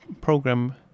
program